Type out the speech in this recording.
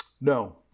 no